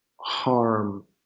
harm